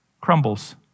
crumbles